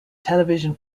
television